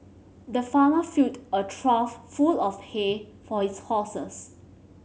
the farmer filled a trough full of hay for his horses